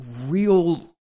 real